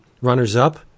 runners-up